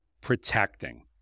protecting